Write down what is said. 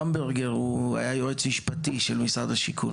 במברגר היה יועץ משפטי של משרד השיכון.